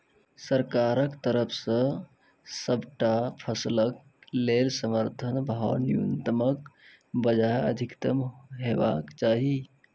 सरकारक तरफ सॅ सबटा फसलक लेल समर्थन भाव न्यूनतमक बजाय अधिकतम हेवाक चाही?